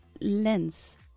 lens